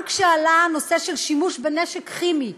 גם כשעלה הנושא של שימוש בנשק כימי